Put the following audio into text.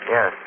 Yes